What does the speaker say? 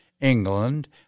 England